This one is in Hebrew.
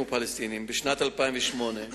לנוכח האמור, השיח'